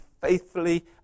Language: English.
faithfully